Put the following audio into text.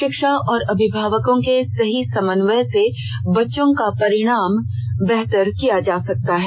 शिक्षक और अभिभावकों के सही समन्वय से बच्चों का परीक्षा परिणाम बेहतर किया जा सकता है